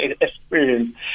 experience